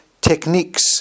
techniques